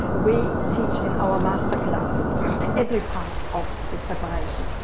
we teach in our master classes, every part of the preparation.